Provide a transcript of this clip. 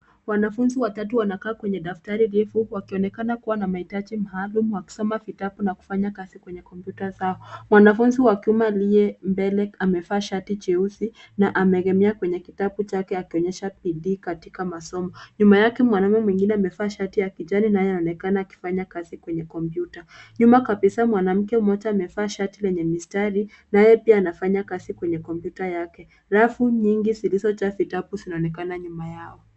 Wanafunzi watatu wanakaa kwenye daftari refu wakionekana kuwa na mahitaji maalum wakisoma vitabu na kufanya kazi kwenye kompyuta zao. Mwanafunzi wa kiume aliye mbele amevaa shati jeusi na ameegemea kwenye kitabu chake akionyesha bidii katika masomo. Nyuma yake mwanaume mwingine amevaa shati ya kijani naye anaonekana akifanya kazi kwenye kompyuta. Nyuma kabisa mwanamke mmoja amevaa shati lenye mistari naye pia anafanya kazi kwenye kompyuta yake. Rafu nyingi zilizojaa vitabu zinaonekana nyuma yao.